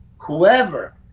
Whoever